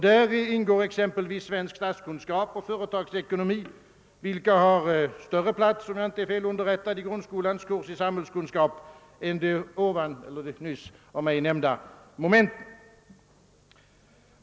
Däri ingår exempelvis svensk statskunskap och företagsekonomi, vilka ämnen har större plats — om jag inte är fel underrättad — i grundskolans kurs i samhällskunskap än de av mig nyss nämnda momenten.